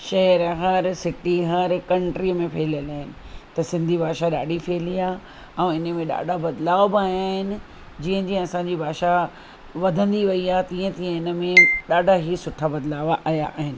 शहर हर सिटी हर कंट्री में फहिलियलु आहिनि त सिंधी भाषा ॾाढी फहिली आहे ऐं इन में ॾाढा बदलाव बि आया आहिनि जीअं जीअं असांजी भाषा वधंदी वई आहे तीअं तीअं इन में ॾाढा ई सुठा बदलाव आया आहिनि